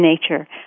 nature